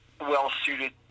well-suited